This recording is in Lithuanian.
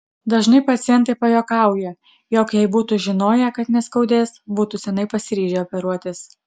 dažnai pacientai pajuokauja jog jei būtų žinoję kad neskaudės būtų seniai pasiryžę operuotis